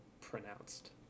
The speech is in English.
pronounced